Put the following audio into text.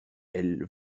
elle